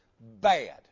bad